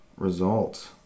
Results